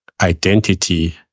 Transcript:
identity